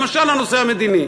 למשל הנושא המדיני.